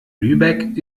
lübeck